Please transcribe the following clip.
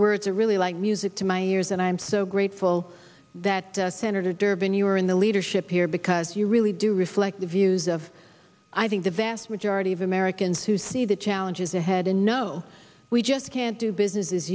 words are really like music to my ears and i am so grateful that the senator durbin you are in the leadership here because you really do reflect the views of i think the vast majority of americans who see the challenges ahead and know we just can't do business as